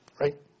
right